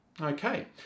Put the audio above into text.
Okay